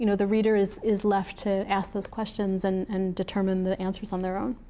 you know the reader is is left to ask those questions and and determine the answers on their own.